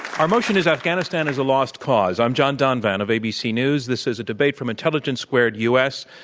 our motion is afghanistan is a lost cause. i'm john donvan of abc news. this is a debate from intelligence squared u. s.